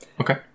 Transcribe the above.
Okay